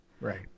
Right